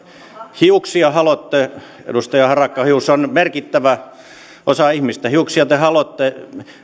hiuksia halotte edustaja harakka hius on merkittävä osa ihmistä hiuksia te halotte